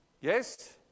Yes